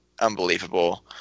unbelievable